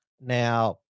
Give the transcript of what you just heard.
Now